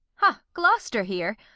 ha, gloster here!